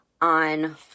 on